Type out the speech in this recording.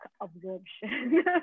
absorption